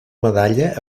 medalla